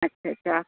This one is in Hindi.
अच्छा छा